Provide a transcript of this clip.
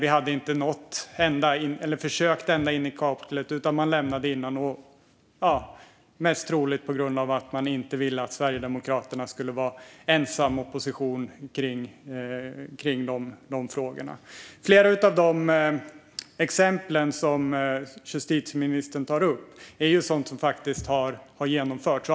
Man försökte inte nå ända in i kaklet utan lämnade bordet innan dess, mest troligt på grund av att man inte ville att Sverigedemokraterna skulle vara ensam opposition i de frågorna. Flera av de exempel som justitieministern tar upp är sådant som faktiskt har genomförts.